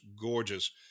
gorgeous